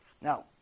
Now